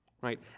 right